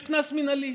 יש קנס מינהלי.